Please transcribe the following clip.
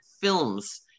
films